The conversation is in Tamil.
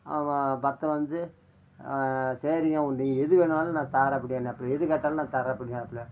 அவன் பக்தன் வந்து சரிங்க உண்டு எது வேணுனாலும் நான் தரேன் அப்படினாப்பிலியாம் எது கேட்டாலும் நான் தரேன் அப்படினாப்பிலியாம்